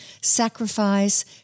sacrifice